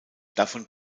davon